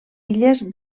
illes